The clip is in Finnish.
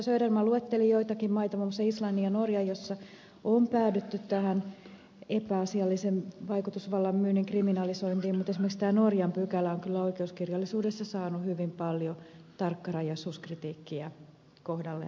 söderman luetteli joitakin maita muun muassa islannin ja norjan jossa on päädytty tähän epäasiallisen vaikutusvallan myynnin kriminalisointiin mutta esimerkiksi tämä norjan pykälä on kyllä oikeuskirjallisuudessa saanut hyvin paljon tarkkarajaisuuskritiikkiä kohdalleen